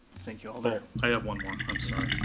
thank you alder. i have one more, i'm sorry.